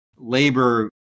Labor